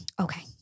Okay